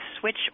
switch